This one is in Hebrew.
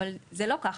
אבל זה לא ככה.